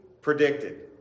predicted